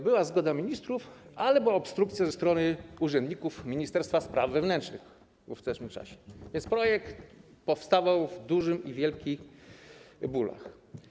Była zgoda ministrów, ale była obstrukcja ze strony urzędników Ministerstwa Spraw Wewnętrznych w ówczesnym czasie, więc projekt powstawał w dużych, wielkich bólach.